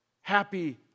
happy